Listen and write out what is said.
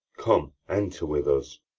come, enter with us.